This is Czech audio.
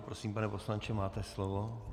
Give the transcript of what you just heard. Prosím, pane poslanče, máte slovo.